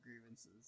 Grievances